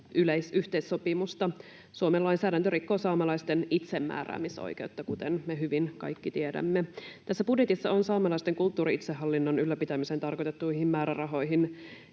yleissopimusta. Suomen lainsäädäntö rikkoo saamelaisten itsemääräämisoikeutta, kuten me kaikki hyvin tiedämme. Tässä budjetissa on saamelaisten kulttuuri-itsehallinnon ylläpitämiseen tarkoitettuihin määrärahoihin